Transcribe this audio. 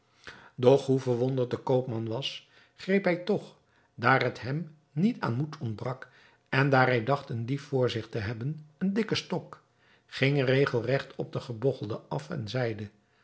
doch hoe verwonderd de koopman was greep hij toch daar het hem niet aan moed ontbrak en daar hij dacht een dief voor zich te hebben een dikken stok ging regelregt op den gebogchelde af en zeide